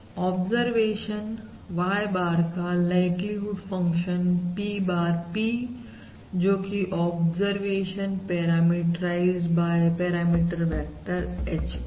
observation Ybar का likelihood function P bar P जोकि है observation parameterised by parameter vector H bar